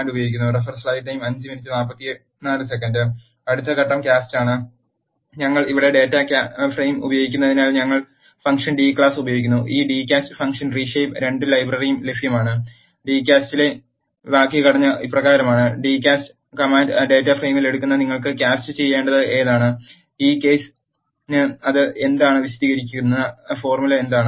അടുത്ത ഘട്ടം കാസ്റ്റാണ് ഞങ്ങൾ ഇവിടെ ഡാറ്റ ഫ്രെയിം ഉപയോഗിക്കുന്നതിനാൽ ഞങ്ങൾ ഫംഗ്ഷൻ d കാസ്റ്റ് ഉപയോഗിക്കുന്നു ഈ d cast ഫംഗ്ഷൻ റീഷെയ്പ്പ് 2 ലൈബ്രറിയിലും ലഭ്യമാണ് d cast ന്റെ വാക്യഘടന ഇപ്രകാരമാണ് d cast കമാൻഡ് ഡാറ്റ ഫ്രെയിമിൽ എടുക്കുന്നു നിങ്ങൾക്ക് കാസ്റ്റ് ചെയ്യേണ്ടത് ഏതാണ് ഈ കേസിന് അത് എന്താണെന്ന് വിശദീകരിക്കുന്ന ഫോർമുല എന്താണ്